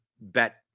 bet